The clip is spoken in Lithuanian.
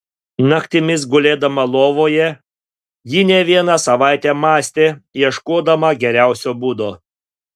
naktimis gulėdama lovoje ji ne vieną savaitę mąstė ieškodama geriausio būdo